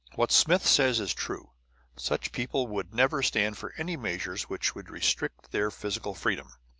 what smith says is true such people would never stand for any measures which would restrict their physical freedom.